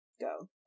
go